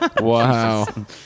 Wow